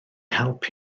help